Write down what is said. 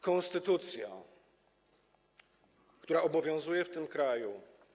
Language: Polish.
Konstytucja, która obowiązuje w tym kraju.